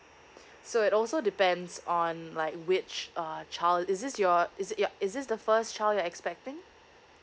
so it also depends on like which uh child is this your is it ya is this the first child you're expecting